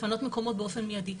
לפנות מקומות באופן מיידי.